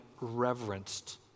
reverenced